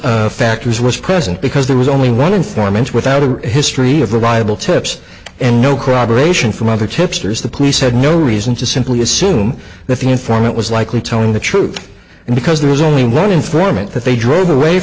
those factors was present because there was only one informant without a history of reliable tips and no corroboration from other tipsters the police had no reason to simply assume that the informant was likely telling the truth and because there was only one informant that they drove away